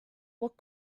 what